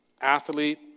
athlete